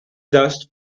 dust